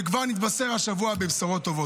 וכבר השבוע נתבשר בבשורות טובות.